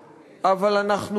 אנחנו שומעים על חקירות,